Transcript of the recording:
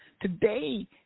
Today